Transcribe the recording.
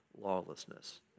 lawlessness